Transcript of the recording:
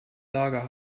lager